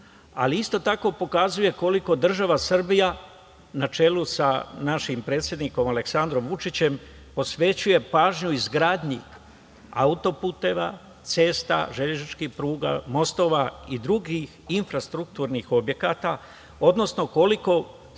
ali isto tako pokazuje koliko država na čelu sa našim predsednikom Aleksandrom Vučićem posvećuje pažnju izgradnji autoputeva, puteva, železničkih pruga, mostova i drugih infrastrukturnih objekata, odnosno koliko